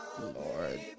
Lord